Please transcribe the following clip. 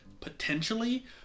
potentially